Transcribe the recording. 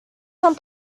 some